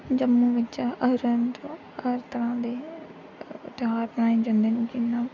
जम्मू बिच हर हर तरहां दे ध्यार मनाये जंदे जि'यां